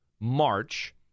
March